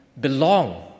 belong